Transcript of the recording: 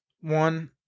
one